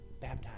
baptize